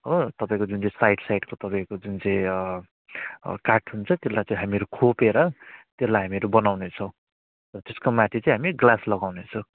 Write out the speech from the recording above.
हो तपाईँको जुन चाहिँ साइड साइडको तपाईँको जुन चाहिँ अब काठ हुन्छ त्यसलाई चाहिँ हामीहरू खोपेर त्यसलाई हामीहरू बनाउने छौँ र त्यसको माथि चाहिँ हामी ग्लास लगाउने छौँ